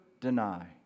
deny